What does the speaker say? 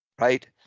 right